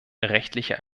rechtliche